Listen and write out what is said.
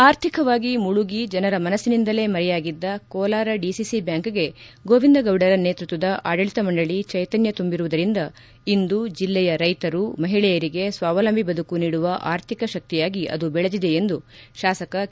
ಆರ್ಥಿಕವಾಗಿ ಮುಳುಗಿ ಜನರ ಮನಸ್ಸಿನಿಂದಲೇ ಮರೆಯಾಗಿದ್ದ ಕೋಲಾರ ಡಿಸಿಸಿ ಬ್ಯಾಂಕ್ಗೆ ಗೋವಿಂದಗೌಡರ ನೇತೃತ್ವದ ಆಡಳಿತ ಮಂಡಳಿ ಚೈತನ್ಯ ತುಂಬಿರುವುದರಿಂದ ಇಂದು ಜಿಲ್ಲೆಯ ರೈತರು ಮಹಿಳೆಯರಿಗೆ ಸ್ವಾವಲಂಬಿ ಬದುಕು ನೀಡುವ ಆರ್ಥಿಕ ಶಕ್ತಿಯಾಗಿ ಬೆಳೆದಿದೆ ಎಂದು ಶಾಸಕ ಕೆ